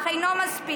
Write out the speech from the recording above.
אך אינו מספיק.